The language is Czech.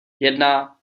jedna